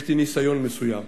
יש לי ניסיון מסוים.